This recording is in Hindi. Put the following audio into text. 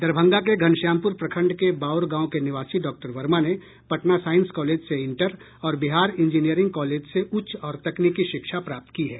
दरभंगा के घनश्यामपुर प्रखंड के बाउर गांव के निवासी डॉक्टर वर्मा ने पटना साइंस कॉलेज से इंटर और बिहार इंजीनियरिंग कॉलेज से उच्च और तकनीकी शिक्षा प्राप्त की है